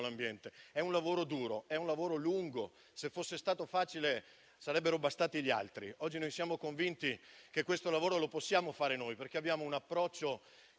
con esso. È un lavoro duro e lungo. Se fosse stato facile, sarebbero bastati gli altri. Oggi siamo convinti che questo lavoro lo possiamo fare noi, perché abbiamo un approccio